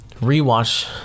rewatch